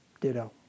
ditto